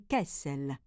Kessel